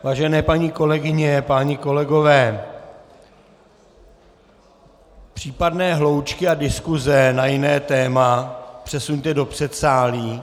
Vážené paní kolegyně, páni kolegové, případné hloučky a diskuse na jiné téma přesuňte do předsálí.